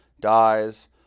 dies